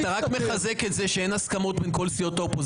אתה רק מחזק את זה שאין הסכמות בין כל סיעות האופוזיציה,